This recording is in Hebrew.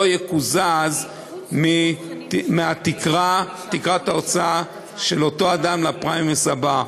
יקוזז מתקרת ההוצאה של אותו אדם לפריימריז הבאים.